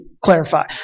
clarify